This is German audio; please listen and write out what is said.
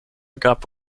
gab